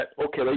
okay